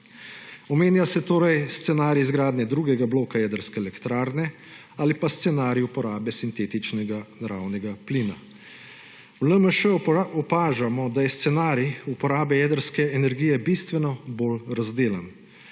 Omenja se torej scenarij izgradnje drugega bloka jedrske elektrarne ali pa scenarij uporabe sintetičnega naravnega plina. V LMŠ opažamo, da je scenarij uporabe jedrske energije bistveno bolj razdelan.